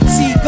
See